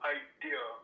idea